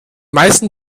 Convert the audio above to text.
meisten